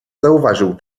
zauważył